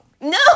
No